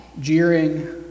jeering